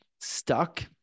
stuck